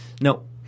No